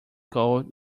cold